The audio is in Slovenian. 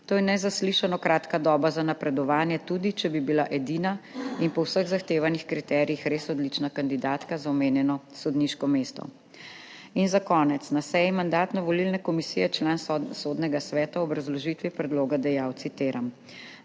To je nezaslišano kratka doba za napredovanje, tudi če bi bila edina in po vseh zahtevanih kriterijih res odlična kandidatka za omenjeno sodniško mesto. Za konec, na seji Mandatno-volilne komisije je član Sodnega sveta v obrazložitvi predloga dejal, citiram: